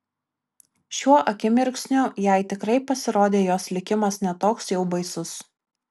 šiuo akimirksniu jai tikrai pasirodė jos likimas ne toks jau baisus